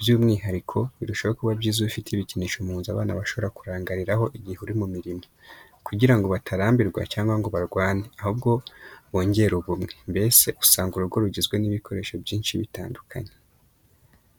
By’umwihariko, birushaho kuba byiza iyo ufite ibikinisho mu nzu abana bashobora kurangariraho igihe uri mu mirimo, kugira ngo batarambirwa cyangwa ngo barwane, ahubwo bongere ubumwe. Mbese, usanga urugo rugizwe n’ibikoresho byinshi bitandukanye.